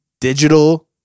digital